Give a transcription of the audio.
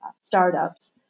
startups